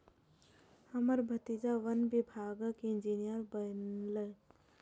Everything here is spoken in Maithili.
हमर भतीजा वन विभागक इंजीनियर बनलैए